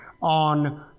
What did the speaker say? on